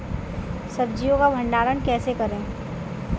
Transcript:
सब्जियों का भंडारण कैसे करें?